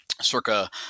circa